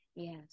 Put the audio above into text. Yes